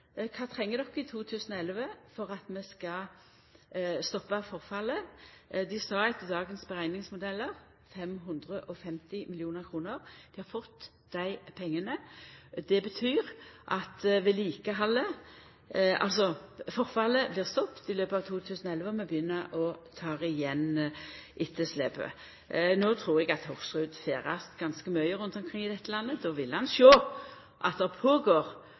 Kva treng de i 2011 for at vi skal stoppa forfallet? Dei sa: Etter dagens berekningsmodellar – 550 mill. kr. Dei har fått dei pengane. Det betyr at forfallet blir stoppa i løpet av 2011, og vi begynner å ta igjen etterslepet. No trur eg at Hoksrud ferdest ganske mye rundt i dette landet, og då vil han sjå at det pågår